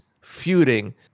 feuding